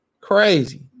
Crazy